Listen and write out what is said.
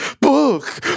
Book